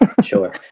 Sure